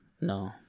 No